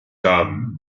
tam